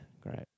great